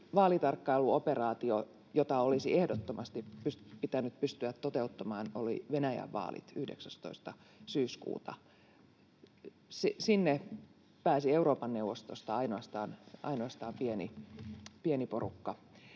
vaalitarkkailuoperaatio, jota olisi ehdottomasti pitänyt pystyä toteuttamaan, oli Venäjän vaalit 19. syyskuuta. Sinne pääsi ainoastaan pieni porukka